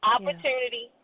Opportunity